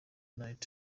night